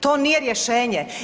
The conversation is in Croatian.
To nije rješenje.